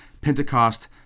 Pentecost